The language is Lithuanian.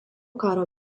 karo